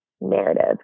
narrative